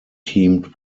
teamed